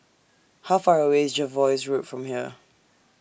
How Far away IS Jervois Road from here